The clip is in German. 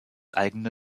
eigene